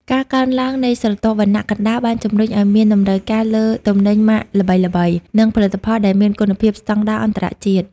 ការកើនឡើងនៃស្រទាប់វណ្ណៈកណ្ដាលបានជម្រុញឱ្យមានតម្រូវការលើទំនិញម៉ាកល្បីៗ និងផលិតផលដែលមានគុណភាពស្ដង់ដារអន្តរជាតិ។